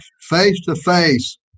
Face-to-face